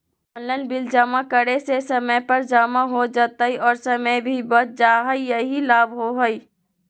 Online bill जमा करे से समय पर जमा हो जतई और समय भी बच जाहई यही लाभ होहई?